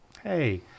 hey